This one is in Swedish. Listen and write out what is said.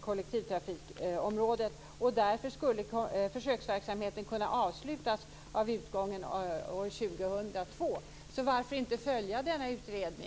kollektivtrafikområdet och därför skulle försöksverksamheten kunna avslutas vid utgången av år 2002. Varför inte följa denna utredning?